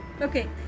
Okay